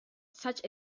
such